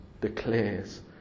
declares